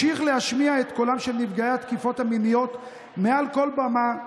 אמשיך להשמיע את קולם של נפגעי התקיפות המיניות מעל כל במה,